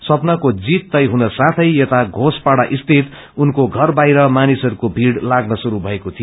स्वप्नार्को जीत तय हुन साथै यता घोषपाइरा स्थित उनको घर बाहिर मानिसहरूको भीड़ लाग्न शुरू भएको थियो